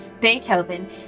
beethoven